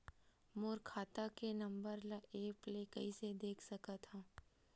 मोर खाता के नंबर ल एप्प से कइसे देख सकत हव?